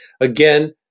again